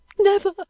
Never